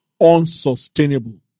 unsustainable